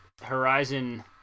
horizon